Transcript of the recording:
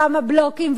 שמה בלוקים,